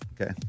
Okay